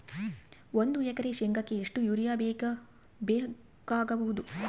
ಒಂದು ಎಕರೆ ಶೆಂಗಕ್ಕೆ ಎಷ್ಟು ಯೂರಿಯಾ ಬೇಕಾಗಬಹುದು?